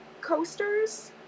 coasters